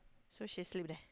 so she sleep there